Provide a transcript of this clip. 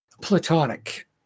Platonic